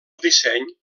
disseny